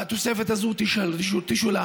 והתוספת הזאת תשולם.